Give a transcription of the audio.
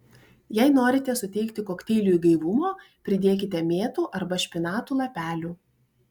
jei norite suteikti kokteiliui gaivumo pridėkite mėtų arba špinatų lapelių